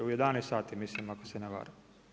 U 11 sati mislim ako se ne varam.